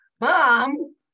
mom